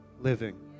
living